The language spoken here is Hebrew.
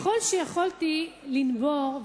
ככל שיכולתי לנבור,